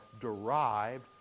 derived